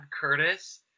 Curtis